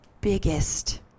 biggest